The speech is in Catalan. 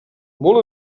molt